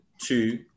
two